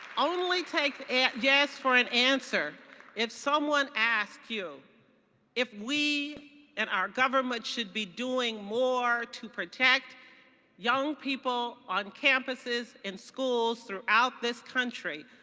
only take yes for an answer if someone asks you if we and our government should be doing more to protect young people on campuses and schools throughout this country.